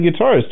guitarist